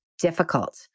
difficult